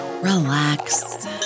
relax